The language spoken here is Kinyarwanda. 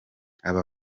aba